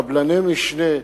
קבלני משנה,